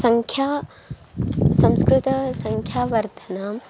सङ्ख्या संस्कृतसङ्ख्यावर्धनम्